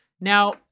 Now